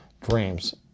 dreams